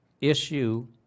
issue